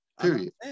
Period